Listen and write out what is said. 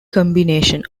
combination